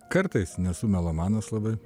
kartais nesu melomanas labai